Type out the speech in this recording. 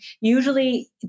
usually